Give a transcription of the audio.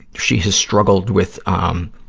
she has struggled with, um,